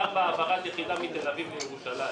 מדובר בהעברת יחידה מתל-אביב לירושלים.